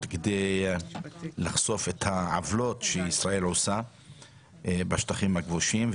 כדי לחשוף את העוולות שישראל עושה בשטחים הכבושים.